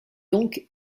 donc